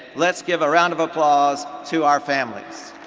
let's give a round of applause to our families.